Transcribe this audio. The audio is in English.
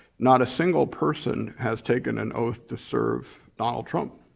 not a single person has taken an oath to serve donald trump.